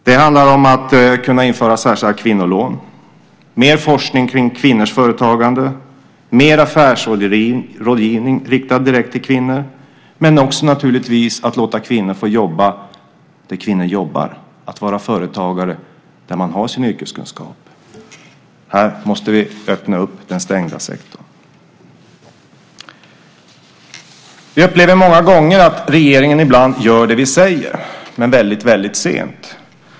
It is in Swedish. Det handlar om att införa särskilda kvinnolån, mer forskning kring kvinnors företagande och mer affärsrådgivning riktad direkt till kvinnor, men det handlar naturligtvis också om att låta kvinnor få jobba där kvinnor jobbar, att vara företagare där man har sin yrkeskunskap. Här måste vi öppna den stängda sektorn. Vi upplever många gånger att regeringen gör det vi säger, men väldigt sent.